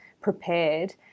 prepared